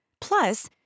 Plus